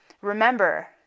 remember